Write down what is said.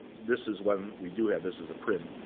this is one we do have. this is a print.